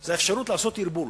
זה האפשרות לעשות ערבול.